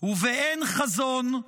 ובאין חזון,